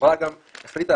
החברה החליטה,